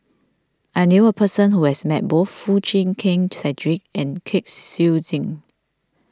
I knew a person who has met both Foo Chee Keng Cedric and Kwek Siew Jin